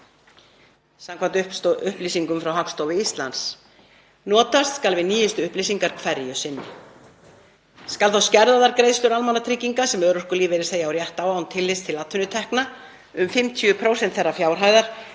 samkvæmt upplýsingum frá Hagstofu Íslands. Notast skal við nýjustu upplýsingar hverju sinni. Skal þá skerða þær greiðslur almannatrygginga sem örorkulífeyrisþegi á rétt á án tillits til atvinnutekna um 50% þeirrar fjárhæðar